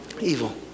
evil